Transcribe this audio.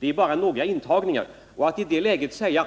Det gäller bara några intagningar. Att i det läget säga